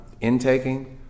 intaking